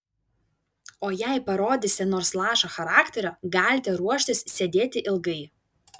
o jei parodysite nors lašą charakterio galite ruoštis sėdėti ilgai